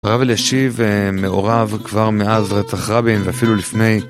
רב אל-ישיב אה... מעורב כבר מאז רצח רבים ואפילו לפני